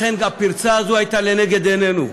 לכן, הפרצה הזאת הייתה לנגד עינינו,